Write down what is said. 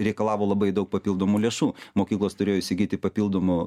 reikalavo labai daug papildomų lėšų mokyklos turėjo įsigyti papildomų